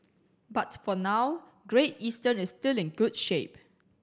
but for now Great Eastern is still in good shape